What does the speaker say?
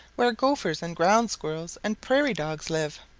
where gophers and ground squirrels and prairie dogs live.